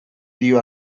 dio